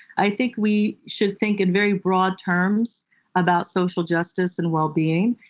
i think we should think in very broad terms about social justice and well-being.